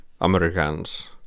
Americans